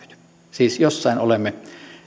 siis jossain olemme